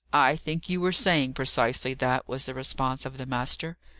i think you were saying precisely that, was the response of the master.